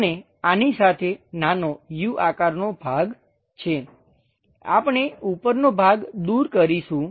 અને આની સાથે નાનો U આકારનો ભાગ છે આપણે ઉપરનો ભાગ દૂર કરીશું